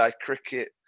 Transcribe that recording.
cricket